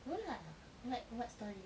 no lah like what story